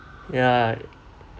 ya